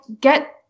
get